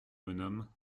bonhomme